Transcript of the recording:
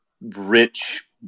rich